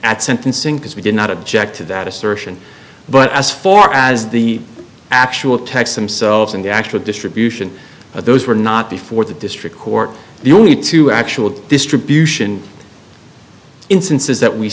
at sentencing because we did not object to that assertion but as far as the actual text themselves and the actual distribution of those were not before the district court the only two actual distribution instances that we